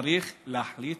צריך להחליט